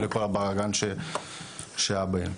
ולכל הבלגן שהיה בעיר.